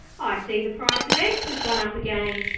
i see the price of eggs has gone up again,